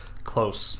Close